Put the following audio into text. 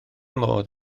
modd